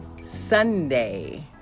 Sunday